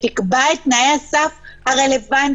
שתקבע את תנאי הסף הרלוונטיים,